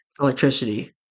electricity